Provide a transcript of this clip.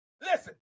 Listen